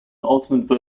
alternate